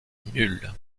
nulle